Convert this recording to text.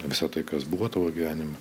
visa tai kas buvo tavo gyvenime